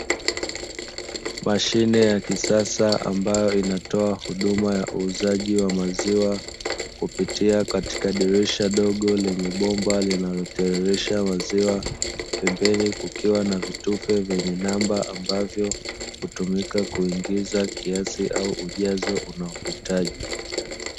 Mashine ya kisasa ambayo inatoa huduma ya uuzaji wa maziwa, kupitia dirisha dogo lenye bomba linalotiririsha maziwa, pembeni kukiwa na vitufe vyenye namba ambavyo, hutumika kuingiza kiasi au ujazo unaohitaji.